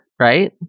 right